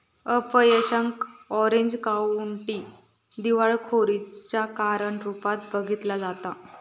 अपयशाक orange county दिवाळखोरीच्या कारण रूपात बघितला जाता